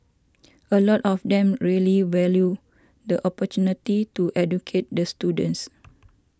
a lot of them really value the opportunity to educate the students